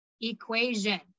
equation